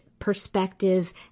perspective